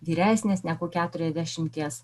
vyresnės negu keturiasdešimties